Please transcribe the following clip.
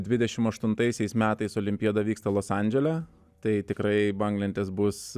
dvidešimt aštuntaisiais metais olimpiada vyksta los andžele tai tikrai banglentės bus